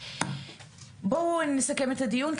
בואו נסכם את הדיון.